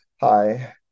hi